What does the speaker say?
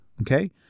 Okay